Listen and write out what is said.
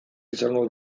izango